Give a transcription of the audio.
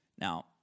now